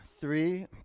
Three